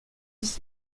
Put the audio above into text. his